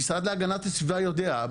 המשרד להגנת הסביבה יודע,